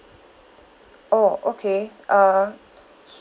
oh okay uh